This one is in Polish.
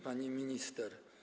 Pani Minister!